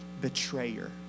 betrayer